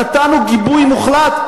נתנו גיבוי מוחלט,